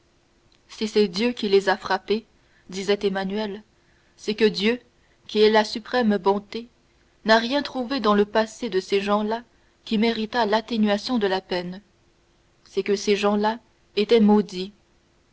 si c'est dieu qui les a frappés disait emmanuel c'est que dieu qui est la suprême bonté n'a rien trouvé dans le passé de ces gens-là qui méritât l'atténuation de la peine c'est que ces gens-là étaient maudits